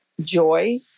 joy